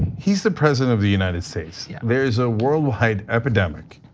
he's the president of the united states. yeah there's a worldwide epidemic.